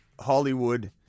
Hollywood